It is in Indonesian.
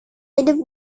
hidup